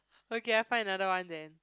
okay I find another one then